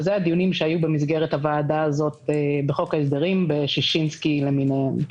וזה הדיונים שהיו במסגרת הוועדה הזאת בחוק ההסדרים בששינסקי למיניהם.